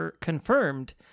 confirmed